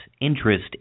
interest